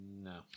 no